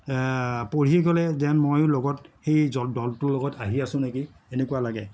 পঢ়ি গ'লে যেন মইয়ো লগত সেই দলটোৰ লগত আহি আছো নেকি এনেকুৱা লাগে